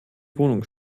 wohnung